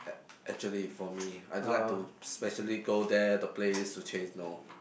ac~ actually for me I don't like to specially go there the place to chase no